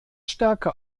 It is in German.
stärke